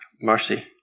mercy